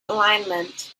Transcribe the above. alignment